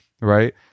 right